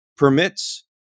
Permits